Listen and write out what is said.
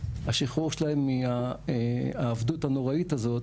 השחרור שלהן מהעבדות הנוראית הזו,